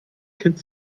kind